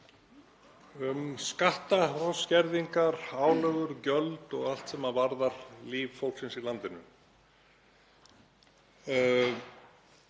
um skatta og skerðingar, álögur, gjöld og allt sem varðar líf fólksins í landinu.